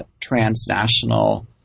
transnational